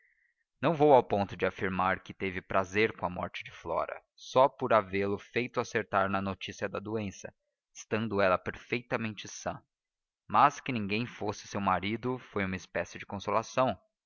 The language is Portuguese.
não vou ao ponto de afirmar que teve prazer com a morte de flora só por havê lo feito acertar na notícia da doença estando ela perfeitamente sã mas que ninguém fosse seu marido foi uma espécie de consolação